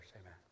Amen